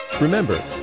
Remember